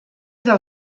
del